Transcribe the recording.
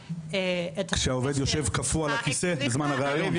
כשהעובד יושב כפוף בזמן הריאיון.